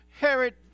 Herod